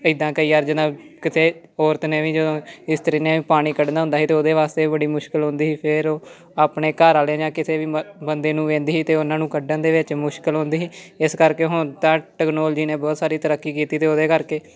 ਇੱਦਾਂ ਕਈ ਵਾਰ ਜਦੋਂ ਕਿਸੇ ਔਰਤ ਨੇ ਵੀ ਜਦੋਂ ਇਸਤਰੀ ਨੇ ਪਾਣੀ ਕੱਢਣਾ ਹੁੰਦਾ ਸੀ ਅਤੇ ਉਹਦੇ ਵਾਸਤੇ ਬੜੀ ਮੁਸ਼ਕਿਲ ਆਉਂਦੀ ਫਿਰ ਉਹ ਆਪਣੇ ਘਰ ਵਾਲੇ ਜਾਂ ਕਿਸੇ ਵੀ ਮ ਬੰਦੇ ਨੂੰ ਕਹਿੰਦੀ ਹੀ ਅਤੇ ਉਹਨਾਂ ਨੂੰ ਕੱਢਣ ਦੇ ਵਿੱਚ ਮੁਸ਼ਕਿਲ ਆਉਂਦੀ ਸੀ ਇਸ ਕਰਕੇ ਹੁਣ ਤਾਂ ਟੈਕਨੋਲਜੀ ਨੇ ਬਹੁਤ ਸਾਰੀ ਤਰੱਕੀ ਕੀਤੀ ਅਤੇ ਉਹਦੇ ਕਰਕੇ